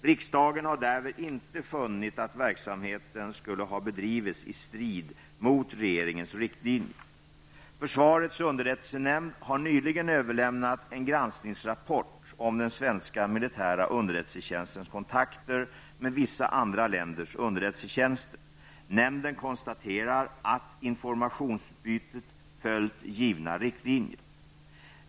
Riksdagen har därvid inte funnit att verksamheten skulle ha bedrivits i strid mot regeringens riktlinjer. Försvarets underrättelsenämnd har nyligen överlämnat en granskningsrapport om den svenska militära underrättelsetjänstens kontakter med vissa andra länders underrättelsetjänster. Nämnden konstaterar att informationsutbytet följt givna riktlinjer.